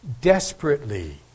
desperately